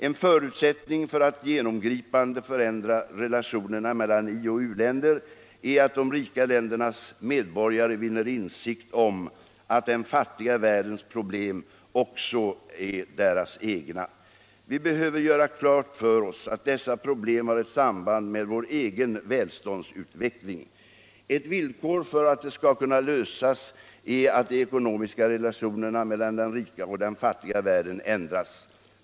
En förutsättning för att genomgripande förändra relationerna mellan ioch u-länder är att de rika ländernas medborgare vinner insikt om att den fattiga världens problem också är deras egna. Vi behöver göra klart för oss att dessa problem har ett samband med vår egen välståndsutveckling. Ett villkor för att de skall kunna lösas är att de ekonomiska relationerna mellan den rika och den fattiga världen ändras.